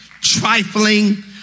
trifling